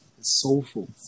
soulful